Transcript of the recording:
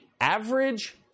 average